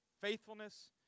faithfulness